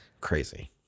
Crazy